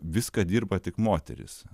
viską dirba tik moterys